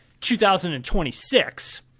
2026